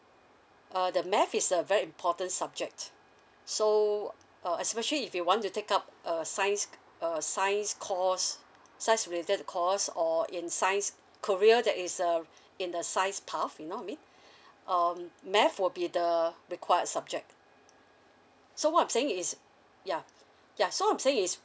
uh the math is a very important subject so uh especially if you want to take up a science a science course science related the course or in science career that is uh in the science path you know what I mena um math will be the required subject so what I'm saying is yeah ya so what I'm saying is